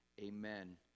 Amen